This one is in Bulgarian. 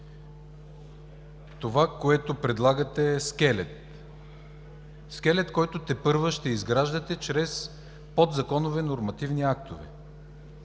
това, което предлагате, е скелет. Скелет, който тепърва ще изграждате чрез подзаконови нормативни актове;